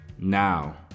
Now